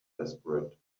desperate